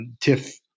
tiff